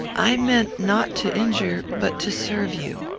i meant not to injure but to serve you.